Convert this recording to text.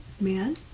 man